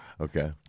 Okay